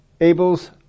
Abel's